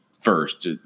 First